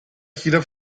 gira